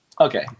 Okay